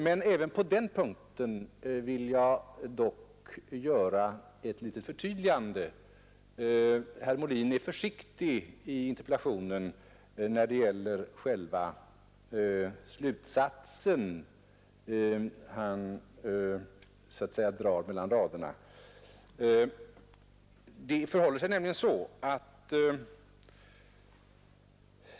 Men även på den punkten vill jag göra ett litet förtydligande. Herr Molin är försiktig i interpellationen när det gäller själva slutsatsen; han drar den så att säga mellan raderna.